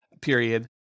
period